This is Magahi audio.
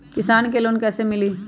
किसान के लोन कैसे मिली?